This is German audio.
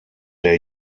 der